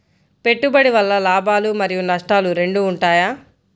పెట్టుబడి వల్ల లాభాలు మరియు నష్టాలు రెండు ఉంటాయా?